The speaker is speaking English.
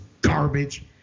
garbage